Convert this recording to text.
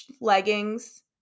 leggings